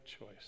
choice